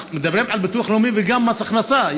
הוא מדבר על ביטוח לאומי, וגם מס הכנסה.